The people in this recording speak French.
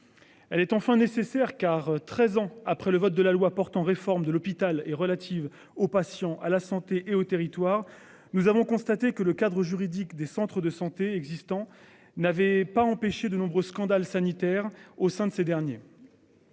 Elle est enfin nécessaire car 13 ans après le vote de la loi portant réforme de l'hôpital et relative aux patients, à la santé et aux territoires. Nous avons constaté que le cadre juridique des centres de santé existants n'avait pas empêché de nombreux scandales sanitaires au sein de ces derniers.